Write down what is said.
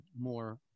more